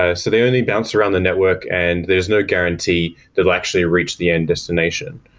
ah so they only bounce around the network and there's no guarantee they'll actually reach the end destination.